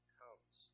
comes